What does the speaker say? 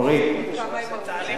נכון.